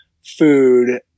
food